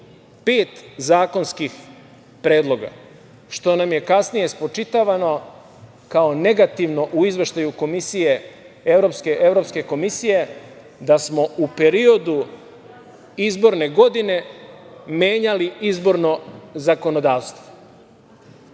pet zakonskih predloga, što nam je kasnije spočitavano, kao negativno u izveštaju Evropske komisije, da smo u periodu izborne godine menjali izborno zakonodavstvo.